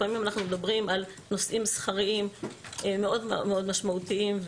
לפעמים אנחנו מדברים על נושאים שכריים מאוד משמעותיים.